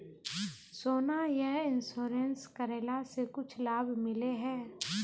सोना यह इंश्योरेंस करेला से कुछ लाभ मिले है?